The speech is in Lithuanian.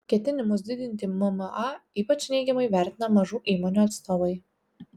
ketinimus didinti mma ypač neigiamai vertina mažų įmonių atstovai